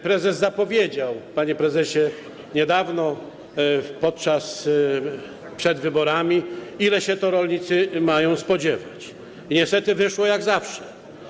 Prezes zapowiedział - panie prezesie - niedawno, przed wyborami, ile się to rolnicy mają spodziewać, i niestety wyszło jak zawsze.